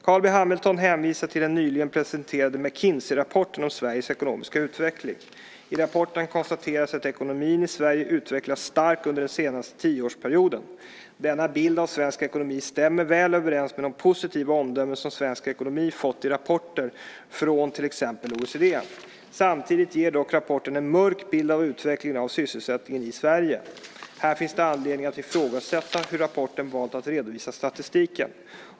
Carl B Hamilton hänvisar till den nyligen presenterade McKinseyrapporten om Sveriges ekonomiska utveckling. I rapporten konstateras att ekonomin i Sverige utvecklats starkt under den senaste tioårsperioden. Denna bild av svensk ekonomi stämmer väl överens med de positiva omdömen som svensk ekonomi fått i rapporter från till exempel OECD. Samtidigt ger dock rapporten en mörk bild av utvecklingen av sysselsättningen i Sverige. Här finns det anledning att ifrågasätta hur rapporten valt att redovisa statistiken.